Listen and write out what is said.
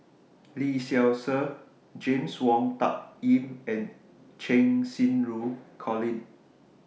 Lee Seow Ser James Wong Tuck Yim and Cheng Xinru Colin